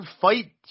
fight